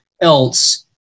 else